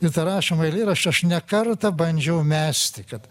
ir tą rašymą eilėraščių aš ne kartą bandžiau mesti kad